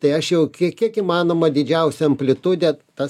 tai aš jau kiek kiek įmanoma didžiausia amplitude tą